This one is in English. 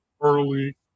early